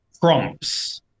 prompts